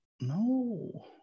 no